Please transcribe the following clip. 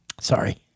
sorry